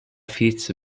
vize